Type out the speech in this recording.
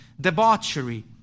debauchery